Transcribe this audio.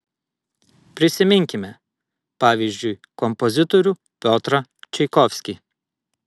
prisiminkime pavyzdžiui kompozitorių piotrą čaikovskį